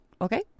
Okay